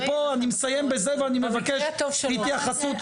ופה אני מבקש התייחסות.